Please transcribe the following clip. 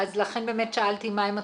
לכן באמת שאלתי מהן התכניות,